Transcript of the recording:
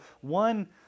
one